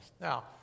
Now